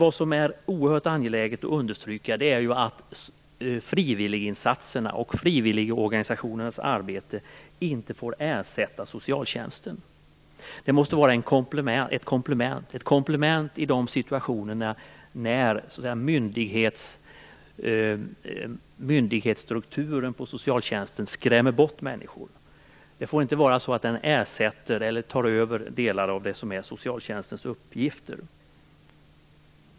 Vad som är oerhört angeläget att understryka är att frivilliginsatserna och frivilligorganisationernas arbete inte får ersätta socialtjänsten. Det måste vara ett komplement i de situationer då socialtjänstens myndighetsstruktur skrämmer bort människor. Det får inte vara så att frivilliginsatserna ersätter eller tar över delar av det som är socialtjänstens uppgifter.